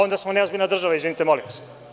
Onda smo neozbiljna država, izvinite molim vas.